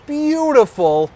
beautiful